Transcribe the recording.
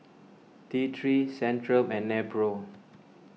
T three Centrum and Nepro